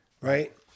right